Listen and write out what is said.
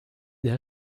der